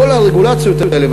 כל הרגולציות האלה,